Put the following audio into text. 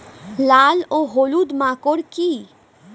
লাল ও হলুদ মাকর কী?